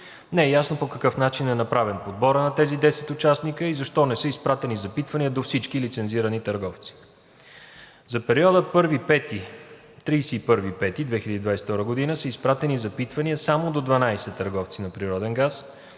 Не е ясно по какъв начин е направен подборът на тези 10 участника и защо не са изпратени запитвания до всички лицензирани търговци. За периода 1 май 2022 г. – 31 май 2022 г. са изпратени запитвания само до 12 търговци на природен газ.